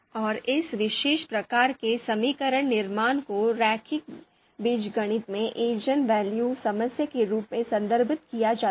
और इस विशेष प्रकार के समीकरण निर्माण को रैखिक बीजगणित में ईजेनवल्यू समस्या के रूप में संदर्भित किया जाता है